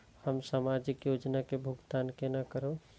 हम सामाजिक योजना के भुगतान केना करब?